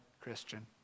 Christian